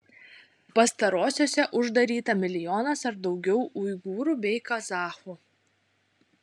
pastarosiose uždaryta milijonas ar daugiau uigūrų bei kazachų